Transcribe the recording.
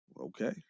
Okay